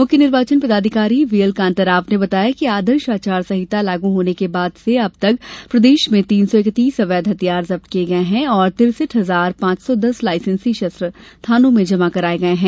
मुख्य निर्वाचन पदाधिकारी वी एल कान्ताराव ने बताया कि आदर्श आचार संहिता लागू होने के बाद से अब तक प्रदेश में तीन सौ इक्कीस अवैध हथियार जब्त किये गये है और तिरेसठ हजार पांच सौ दस लायसेंसी शस्त्र थानो में जमा कराये गये हैं